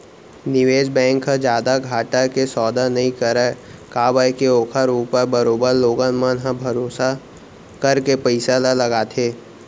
निवेस बेंक ह जादा घाटा के सौदा नई करय काबर के ओखर ऊपर बरोबर लोगन मन ह भरोसा करके पइसा ल लगाथे